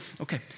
Okay